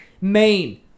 Maine